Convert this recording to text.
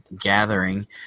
gathering